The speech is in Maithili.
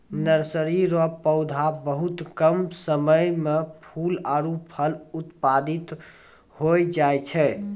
नर्सरी रो पौधा बहुत कम समय मे फूल आरु फल उत्पादित होय जाय छै